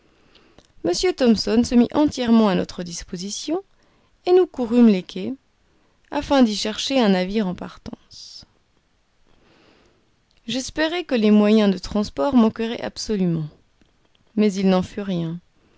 m thomson se mit entièrement à notre disposition et nous courûmes les quais afin de chercher un navire en partance j'espérais que les moyens de transport manqueraient absolument mais il n'en fut rien